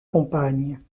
compagne